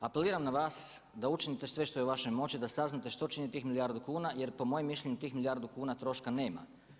Apeliram na vas da učinite sve što je u vašoj moći da saznate što čini tih milijardu kuna jer po mom mišljenju tih milijardu kuna troška nema.